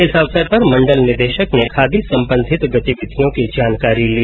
इस अवसर पर मंडल निदेशक ने खादी सम्बन्धित गतिविधियों की जानकारी ली